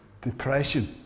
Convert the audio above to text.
depression